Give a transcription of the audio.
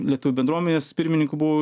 lietuvių bendruomenės pirmininku buvau